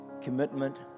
commitment